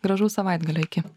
gražaus savaitgalio iki